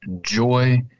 joy